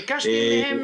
ביקשתם מהם